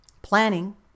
planning